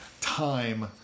time